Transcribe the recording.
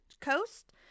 coast